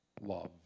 love